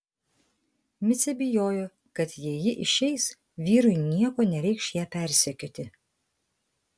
micė bijojo kad jei ji išeis vyrui nieko nereikš ją persekioti